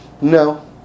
No